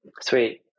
Sweet